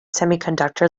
semiconductor